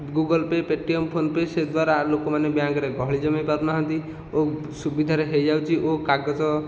Google Pay Paytm PhonePe ସେ ଦ୍ୱାରା ଲୋକ ମାନେ ବ୍ୟାଙ୍କରେ ଗହଳି ଜମେଇ ପାରୁନାହାନ୍ତି ଓ ସୁବିଧାରେ ହୋଇଯାଉଛି ଓ କାଗଜ